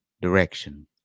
direction